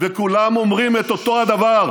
וכולם אומרים את אותו הדבר: